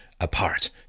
apart